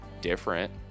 different